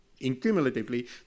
cumulatively